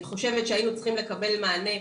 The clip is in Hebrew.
אני חושבת שהיינו צריכים לקבל מענה.